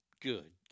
good